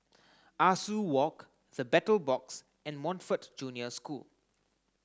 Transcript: Ah Soo Walk the Battle Box and Montfort Junior School